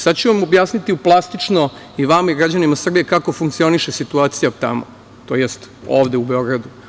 Sad ću vam objasniti plastično, i vama i građanima Srbije, kako funkcioniše situacija tamo, tj. ovde u Beogradu.